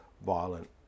violent